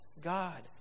God